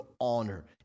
honor